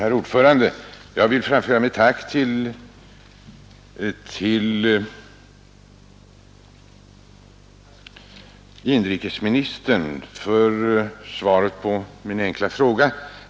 Herr talman! Jag vill framföra mitt tack till inrikesministern för svaret på min enkla fråga.